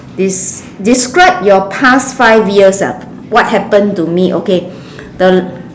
des~ describe your past five years ah what happened to me okay the